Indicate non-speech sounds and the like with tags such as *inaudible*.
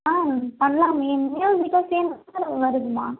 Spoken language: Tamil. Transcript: ஆ பண்ணலாமே *unintelligible* வருதும்மா